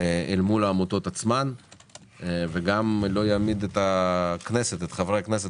אל מול העמותות וגם לא יעמיד את חברי הכנסת